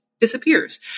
disappears